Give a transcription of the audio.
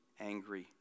angry